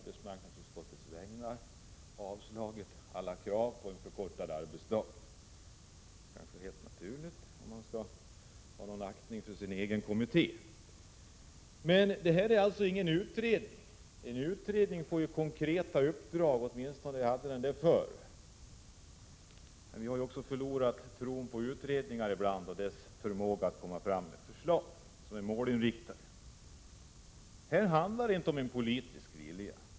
Herr talman! Mona Sahlin har nu som ordförande i kommittén på arbetsmarknadsutskottets vägnar avstyrkt alla krav på en förkortad arbetsdag. Det är kanske helt naturligt, om man skall ha någon aktning för sin egen kommitté. Detta är alltså ingen utredning. Utredningar får ju konkreta uppdrag, åtminstone fick de det förr. Men vi har ju också i stor utsträckning förlorat tron på utredningar och deras förmåga att lägga fram förslag som är målinriktade. Här handlar det tydligen inte om en politisk vilja.